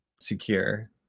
secure